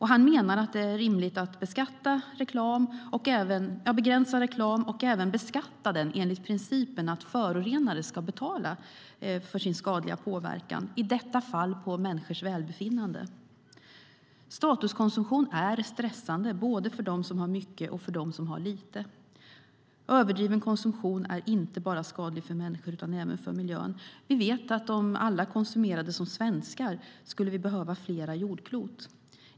Han menar att det är rimligt att begränsa reklam och även beskatta den enligt principen att förorenare ska betala för sin skadliga påverkan - i detta fall på människors välbefinnande. Statuskonsumtion är stressande både för dem som har mycket och för dem som har lite. Överdriven konsumtion är inte bara skadlig för människor utan även för miljön. Vi vet att om alla konsumerade som svenskar skulle vi behöva flera jordklot.